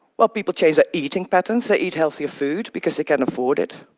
well, people change their eating patterns, they eat healthier food because they can afford it.